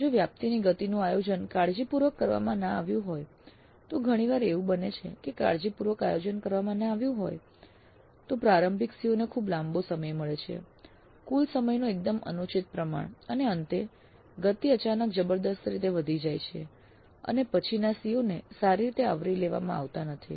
જો વ્યાપ્તિની ગતિનું આયોજન કાળજીપૂર્વક કરવામાં ના આવ્યું હોય તો ઘણી વાર એવું બને છે કે કાળજીપૂર્વક આયોજન કરવામાં ના આવ્યું હોય તો પ્રારંભિક CO ને ખુબ લાંબો સમય મળે છે કુલ સમયનો એકદમ અનુચિત પ્રમાણ અને અંતે ગતિ અચાનક જબરદસ્ત રીતે વધી જાય છે અને પછીના CO ને સારી રીતે આવરી લેવામાં આવતા નથી